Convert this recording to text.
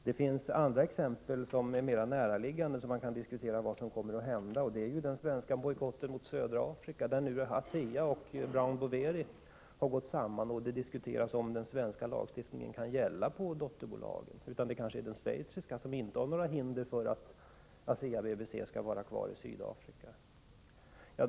Det finns andra exempel som är mera näraliggande och där man kan diskutera vad som kommer att hända. Det är den svenska bojkotten mot södra Afrika, där nu ASEA och Brown Boveri har gått samman och det diskuteras om den svenska lagstiftningen kan gälla för dotterbolag eller om det kanske är den schweiziska lagstiftningen, vilken inte reser några hinder för att ASEA Brown Boveri blir kvar i Sydafrika som skall gälla.